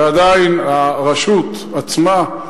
ועדיין, הרשות עצמה,